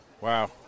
Wow